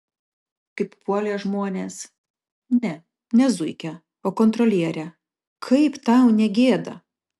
kaip puolė žmonės ne ne zuikę o kontrolierę kaip tau negėda